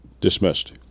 dismissed